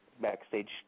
backstage